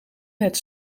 het